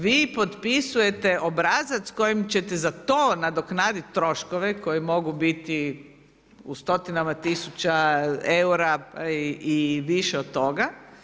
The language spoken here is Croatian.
Vi potpisujete obrazac kojim ćete za to nadoknditi troškove koji mogu biti u stotinama tisuća eura i više od toga.